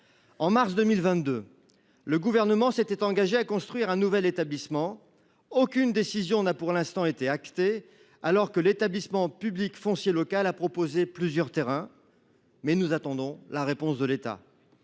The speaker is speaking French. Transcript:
En mars 2022, le Gouvernement s’était engagé à construire un nouvel établissement. Aucune décision n’a pour l’instant été actée, alors que l’établissement public foncier local a proposé plusieurs terrains. Nous attendons la réponse de l’État.